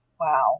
Wow